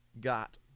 got